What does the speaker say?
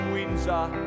Windsor